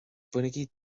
bainigí